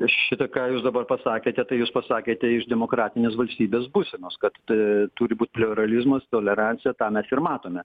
šitą ką jūs dabar pasakėte tai jūs pasakėte iš demokratinės valstybės būsenos kad t turi būti pliuralizmas tolerancija tą mes ir matome